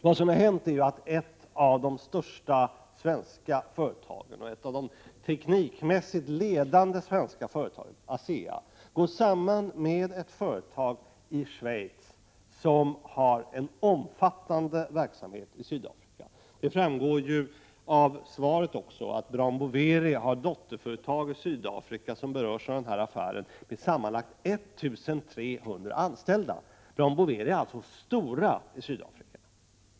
Vad som hänt är att ett av de största och teknikmässigt ledande svenska företagen, ASEA, går samman med ett företag i Schweiz som har en omfattande verksamhet i Sydafrika. Det framgår också av svaret att Brown Boveri har dotterföretag i Sydafrika som berörs av den här affären och som sammanlagt har 1 300 anställda. Brown Boveri är alltså ett stort företag i Sydafrika.